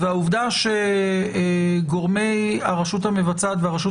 והעובדה שגורמי הרשות המבצעת והרשות